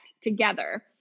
together